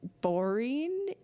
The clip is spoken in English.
boring